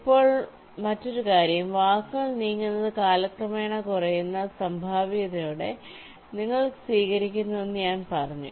ഇപ്പോൾ മറ്റൊരു കാര്യം വാക്കുകൾ നീങ്ങുന്നത് കാലക്രമേണ കുറയുന്ന സംഭാവ്യതയോടെ നിങ്ങൾ സ്വീകരിക്കുന്നുവെന്ന് ഞാൻ പറഞ്ഞു